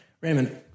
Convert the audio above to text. Raymond